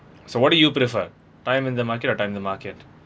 so what do you prefer time in the market or time the market